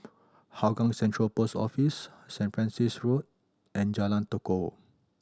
Hougang Central Post Office Saint Francis Road and Jalan Tekukor